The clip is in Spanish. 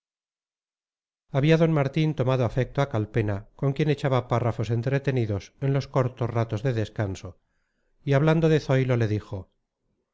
había d martín tomado afecto a calpena con quien echaba párrafos entretenidos en los cortos ratos de descanso y hablando de zoilo le dijo